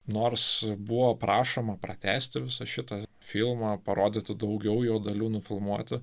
nors buvo prašoma pratęsti visą šitą filmą parodyti daugiau jo dalių nufilmuoti